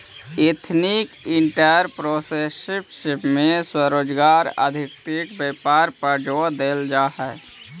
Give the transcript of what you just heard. ethnic entrepreneurship में स्वरोजगार आधारित व्यापार पर जोड़ देल जा हई